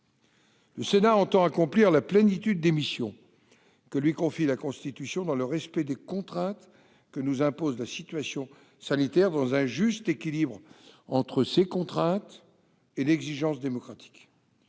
Le Sénat entend accomplir la plénitude des missions confiées à ses soins par la Constitution, dans le respect des contraintes que nous impose la situation sanitaire et dans un juste équilibre entre ces contraintes et l'exigence démocratique.